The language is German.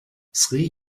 sri